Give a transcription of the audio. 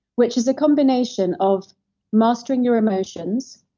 which is a combination of mastering your emotions,